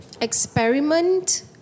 experiment